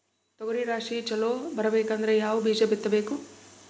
ತೊಗರಿ ರಾಶಿ ಚಲೋ ಬರಬೇಕಂದ್ರ ಯಾವ ಬೀಜ ಬಿತ್ತಬೇಕು?